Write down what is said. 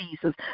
Jesus